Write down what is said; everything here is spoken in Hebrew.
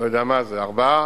אני לא יודע מה זה, ארבעה,